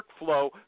workflow